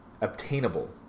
obtainable